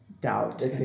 doubt